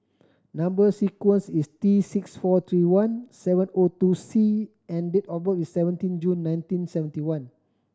number sequence is T six four three one seven O two C and date of birth is seventeen June nineteen seventy one